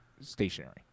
stationary